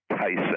Tyson